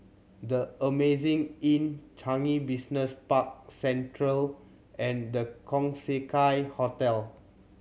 The Amazing Inn Changi Business Park Central and The Keong Hotel